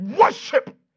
worship